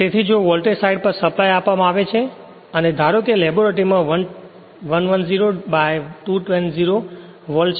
તેથી જો voltage side પર સપ્લાય આપવામાં આવે છે અને ધારો કે લેબોરેટરીમાં 110 by 220 વોલ્ટ છે